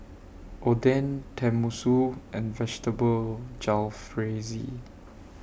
Oden Tenmusu and Vegetable Jalfrezi